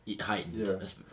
heightened